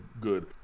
good